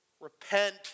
Repent